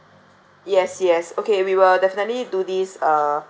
yes yes okay we will definitely do this uh